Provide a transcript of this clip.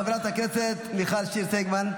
חברת הכנסת מיכל שיר סגמן.